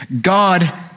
God